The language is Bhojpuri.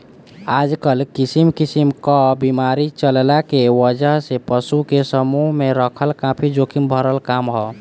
आजकल किसिम किसिम क बीमारी चलला के वजह से पशु के समूह में रखल काफी जोखिम भरल काम ह